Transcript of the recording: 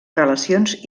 relacions